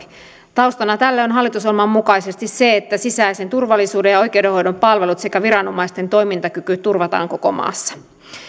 taustana tälle on hallitusohjelman mukaisesti se että sisäisen turvallisuuden ja oikeudenhoidon palvelut sekä viranomaisten toimintakyky turvataan koko maassa